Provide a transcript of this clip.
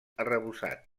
arrebossat